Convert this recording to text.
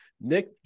Nick